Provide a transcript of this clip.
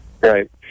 Right